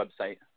website